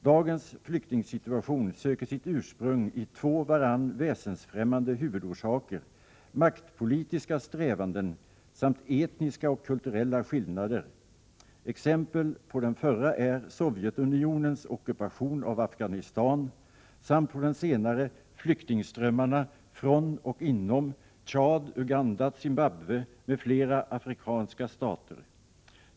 Dagens flyktingsituation söker sitt ursprung i två från varandra väsensfrämmande huvudorsaker — maktpolitiska strävanden samt etniska och kulturella skillnader. Exempel på den förra är Sovjetunionens ockupation av Afghanistan samt på den senare flyktingströmmarna från och inom Tchad, Uganda, Zimbabwe m.fl. afrikanska stater.